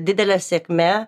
didele sėkme